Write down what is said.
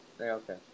Okay